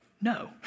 No